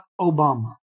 Obama